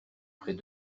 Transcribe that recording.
près